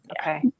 Okay